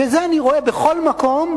את זה אני רואה בכל מקום,